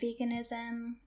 veganism